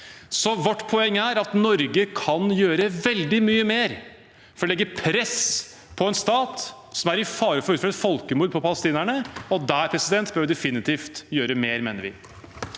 Så vårt poeng er at Norge kan gjøre veldig mye mer for å legge press på en stat som er i fare for å utføre et folkemord på palestinerne. Der bør vi definitivt gjøre mer, mener vi.